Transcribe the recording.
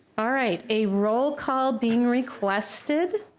all right a roll call being requested.